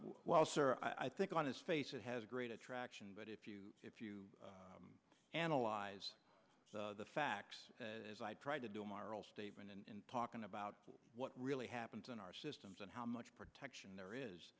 assertion i think on his face it has a great attraction but if you if you analyze the facts as i tried to do our all statement and talking about what really happens in our systems and how much protection there is